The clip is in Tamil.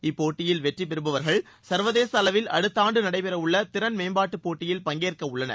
இப்போட்டியில் வெற்றி பெறபவர்கள் சர்வதேச அளவில் அடுத்த ஆண்டு நடைபெறவுள்ள திறன் மேம்பாட்டு போட்டியில் பங்கேற்க உள்ளனர்